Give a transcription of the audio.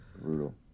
Brutal